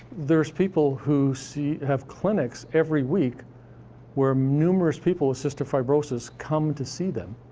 there's people who see have clinics every week where numerous people with cystic fibrosis come to see them,